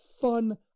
fun